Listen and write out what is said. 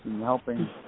helping